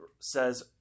says